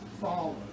follow